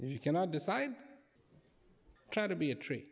you cannot decide try to be a tree